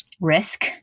risk